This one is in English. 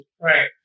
Right